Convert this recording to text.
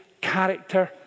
character